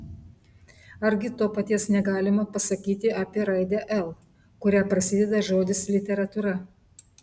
argi to paties negalima pasakyti apie raidę l kuria prasideda žodis literatūra